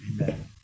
Amen